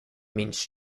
means